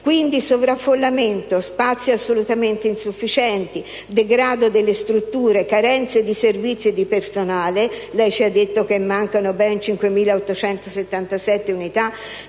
Quindi, sovraffollamento, spazi assolutamente insufficienti, degrado delle strutture, carenze di servizi e di personale (lei ci ha detto che mancano ben 5.877 unità)